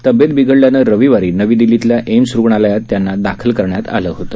तब्येत बिघडल्यानं रविवारी नवी दिल्लीतल्या एम्स रुग्णालयात त्यांना दाखल करण्यात आलं होतं